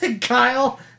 Kyle